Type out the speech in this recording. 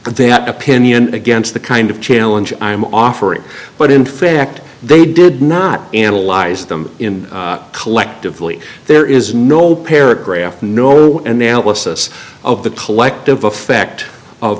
that opinion against the kind of challenge i'm offering but in fact they did not analyze them in collectively there is no paragraph no and they'll assess of the collective effect of